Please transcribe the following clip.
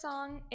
song